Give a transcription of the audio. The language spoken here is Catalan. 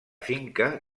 finca